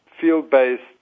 field-based